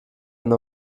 ein